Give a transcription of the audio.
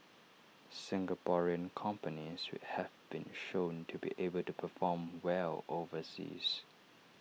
Singaporean companies have been shown to be able to perform well overseas